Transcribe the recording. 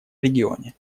регионе